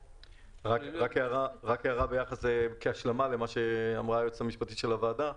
רק הערה כהשלמה למה שאמרה היועצת המשפטית של הוועדה.